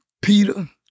Peter